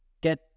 get